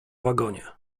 wagonie